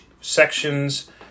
sections